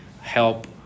help